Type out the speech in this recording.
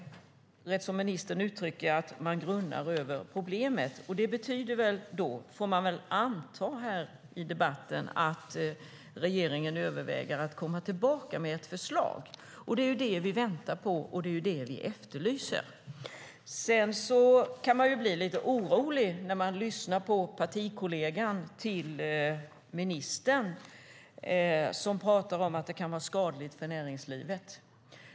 Ministern säger ju att man grunnar på problemet. Det betyder väl, får man anta, att regeringen överväger att komma tillbaka med ett förslag. Det är det vi väntar på och efterlyser. Man kan bli lite orolig när man lyssnar till partikollegan till ministern, som pratar om att det kan vara skadligt för näringslivet.